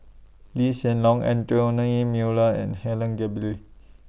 Lee Hsien Loong Anthony Miller and Helen